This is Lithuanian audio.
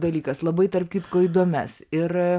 dalykas labai tarp kitko įdomias ir